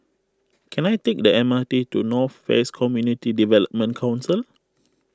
can I take the M R T to North West Community Development Council